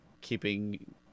keeping